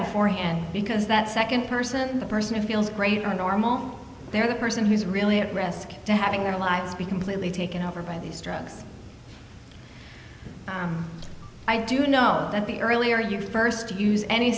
beforehand because that second person the person who feels great or normal they're the person who's really at risk to having their lives be completely taken over by these drugs i do know that the earlier you first use any